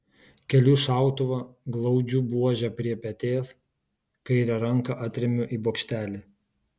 keliu šautuvą glaudžiu buožę prie peties kairę ranką atremiu į bokštelį